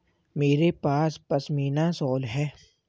मेरे पास पशमीना शॉल है